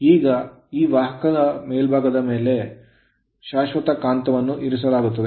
ಈಗ ಈ ವಾಹಕದ ಮೇಲ್ಭಾಗದಲ್ಲಿ ಶಾಶ್ವತ ಕಾಂತವನ್ನು ಇರಿಸಲಾಗುತ್ತದೆ